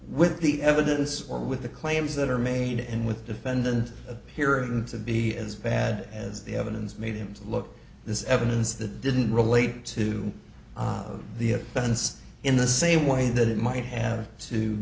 with the evidence or with the claims that are made and with defendant appearing to be as bad as the evidence made him look this is evidence that didn't relate to the offense in the same way that it might have to